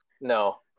No